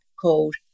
called